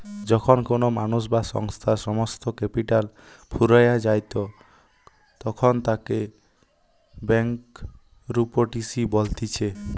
যখন কোনো মানুষ বা সংস্থার সমস্ত ক্যাপিটাল ফুরাইয়া যায়তখন তাকে ব্যাংকরূপটিসি বলতিছে